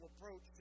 approach